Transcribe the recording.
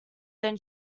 then